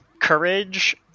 Courage